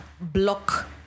block